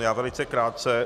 Já velice krátce.